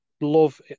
love